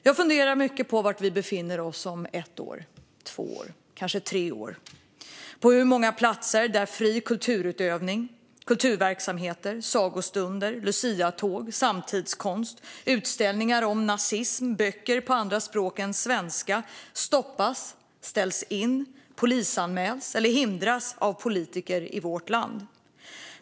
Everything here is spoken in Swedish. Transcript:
Jag funderar mycket på var vi befinner oss om ett år, två år eller kanske tre år och på hur många platser fri kulturutövning, kulturverksamheter, sagostunder, luciatåg, samtidskonst, utställningar om nazism eller böcker på andra språk än svenska då stoppas, ställs in, polisanmäls eller hindras av politiker i vårt land.